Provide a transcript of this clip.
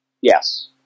yes